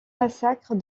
massacre